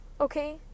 okay